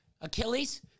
Achilles